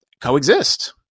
coexist